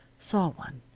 saw one.